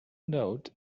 note